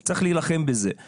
יש להילחם בזה,